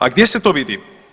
A gdje se to vidi?